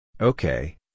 Okay